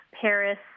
Paris